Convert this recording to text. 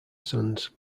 sons